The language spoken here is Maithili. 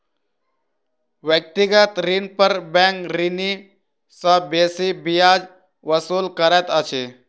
व्यक्तिगत ऋण पर बैंक ऋणी सॅ बेसी ब्याज वसूल करैत अछि